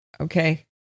Okay